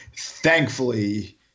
Thankfully